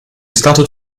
started